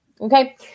Okay